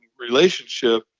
relationship